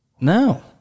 No